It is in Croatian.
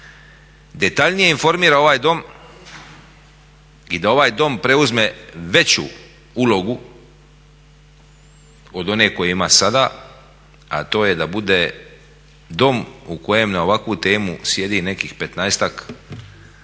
detaljnije informira ovaj Dom i da ovaj Dom preuzme veću ulogu od one koju ima sada, a to je da bude Dom u kojem na ovakvu temu sjedi nekih